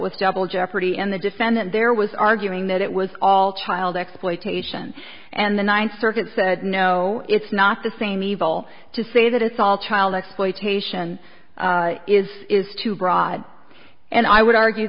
with double jeopardy and the defendant there was arguing that it was all child exploitation and the ninth circuit said no it's not the same evil to say that it's all child exploitation is is too broad and i would argue